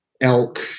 elk